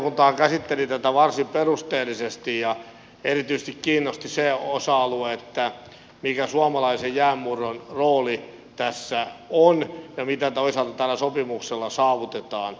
valiokuntahan käsitteli tätä varsin perusteellisesti ja erityisesti kiinnosti se osa alue mikä suomalaisen jäänmurron rooli tässä on ja mitä toisaalta tällä sopimuksella saavutetaan